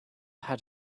had